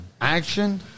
Action